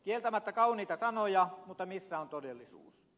kieltämättä kauniita sanoja mutta missä on todellisuus